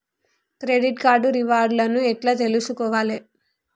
Credit card reward లను ఎట్ల తెలుసుకోవాలే?